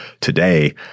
Today